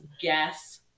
Guess